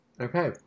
Okay